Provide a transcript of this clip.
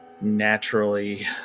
naturally